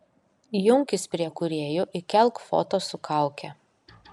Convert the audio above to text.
junkis prie kūrėjų įkelk foto su kauke